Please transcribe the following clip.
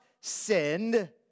sinned